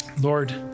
Lord